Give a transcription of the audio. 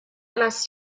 must